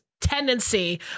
tendency